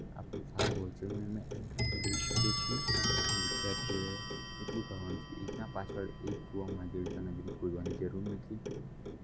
આપણે સારો એવો અચિવમેન્ટ મેળવી શકીએ છીએ અને વિદ્યાર્થીઓએ એટલું કરવાનું છે એકના પાછળ એક કૂવામાં દેડકાના જેમ પૂરવાની જરૂર નથી